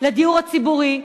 לדיור הציבורי.